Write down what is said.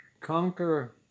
conquer